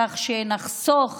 וכך נחסוך